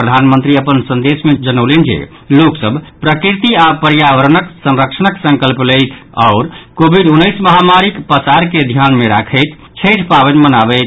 प्रधानमंत्री अपन संदेश मे जनौलनि जे लोकसभ प्रकृति आओर पर्यावरणक संरक्षणक संकल्प लैथ आओर कोविड उन्नैसक महामारीक पसार के ध्यान मे रखैत छठि पावनि मनाबैथ